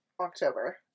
October